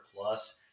plus